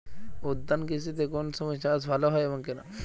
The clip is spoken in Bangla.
উদ্যান কৃষিতে কোন সময় চাষ ভালো হয় এবং কেনো?